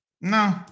No